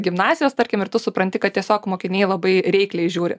gimnazijos tarkim ir tu supranti kad tiesiog mokiniai labai reikliai žiūri